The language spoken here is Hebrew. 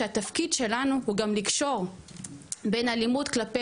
שהתפקיד שלנו הוא גם לקשור בין אלימות כלפי